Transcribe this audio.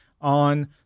on